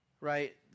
right